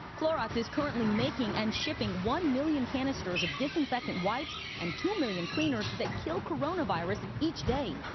clorox is currently making and shipping one million canisters of disinfectant wipes and two million cleaners that kill coronavirus each day.